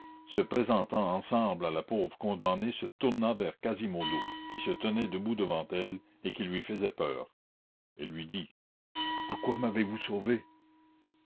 se présentant ensemble à la pauvre condamnée se tourna vers quasimodo qui se tenait debout devant elle et qui lui faisait peur elle lui dit pourquoi m'avez-vous sauvée